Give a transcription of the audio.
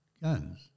guns